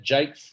Jake